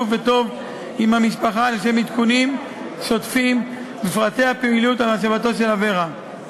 וטוב עם המשפחה לשם עדכונים שוטפים ופרטי הפעילות להשבתו של אברה.